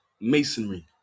masonry